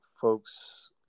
folks